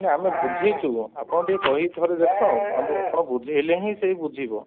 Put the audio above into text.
ନା ଆମେ ବୁଝାଇଛୁ ଆପଣ ଟିକେ କହିକି ଥରେ ଦେଖ ଆପଣ ବୁଝାଇଲେ ହିଁ ସେ ବୁଝିବ